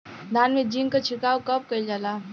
धान में जिंक क छिड़काव कब कइल जाला?